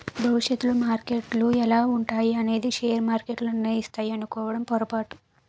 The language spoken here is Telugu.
భవిష్యత్తులో మార్కెట్లు ఎలా ఉంటాయి అనేది షేర్ మార్కెట్లు నిర్ణయిస్తాయి అనుకోవడం పొరపాటు